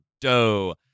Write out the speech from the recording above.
Doe